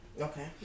Okay